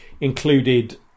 included